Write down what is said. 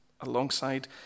alongside